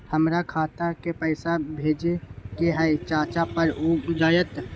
हमरा खाता के पईसा भेजेए के हई चाचा पर ऊ जाएत?